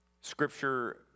Scripture